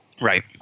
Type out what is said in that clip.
Right